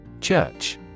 Church